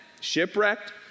shipwrecked